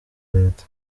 leta